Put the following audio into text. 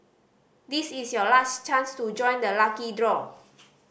this is your last chance to join the lucky draw